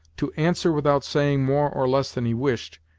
to answer without saying more or less than he wished,